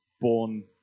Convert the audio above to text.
born